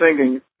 singing